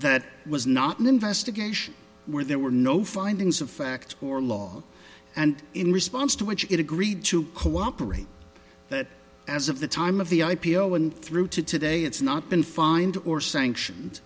that was not an investigation where there were no findings of fact or law and in response to which it agreed to cooperate as of the time of the i p o and through to today it's not been fined or sanction